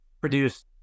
produce